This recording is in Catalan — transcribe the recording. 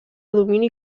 domini